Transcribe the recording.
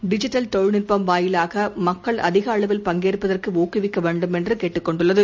digital தொழில்நுட்பம் வாயிலாகமக்கள் அதிகஅளவில் பங்கேற்பதற்குஊக்குவிக்கவேண்டுமென்றும் கேட்டுக் கொண்டுள்ளது